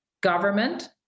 government